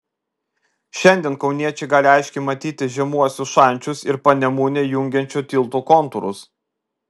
šiandien kauniečiai gali aiškiai matyti žemuosius šančius ir panemunę jungiančio tilto kontūrus